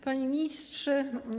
Panie Ministrze!